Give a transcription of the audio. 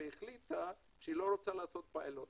החליטה ב-2013 שהיא לא רוצה לעשות פיילוט